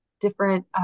different